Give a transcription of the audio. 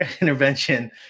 intervention